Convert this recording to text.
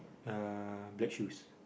uh black shoes